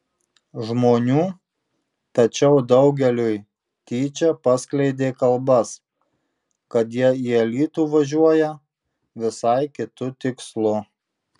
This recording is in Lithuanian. žmonių tačiau daugeliui tyčia paskleidė kalbas kad jie į alytų važiuoja visai kitu tikslu